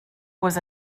was